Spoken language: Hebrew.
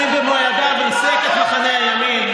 במו ידיך ריסקת את מחנה הימין.